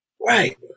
Right